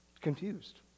confused